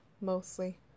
mostly